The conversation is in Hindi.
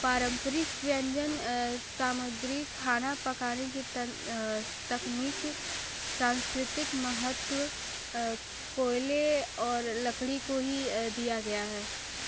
पारंपरिक व्यंजन सामग्री खाना पकाने की तकनीक सांस्कृतिक महत्त्व कोयले और लकड़ी को ही दिया गया है